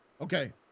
Okay